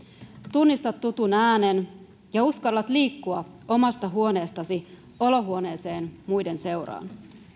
tunnistat tutun äänen ja uskallat liikkua omasta huoneestasi olohuoneeseen muiden seuraan